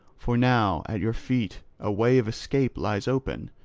for now at your feet a way of escape lies open,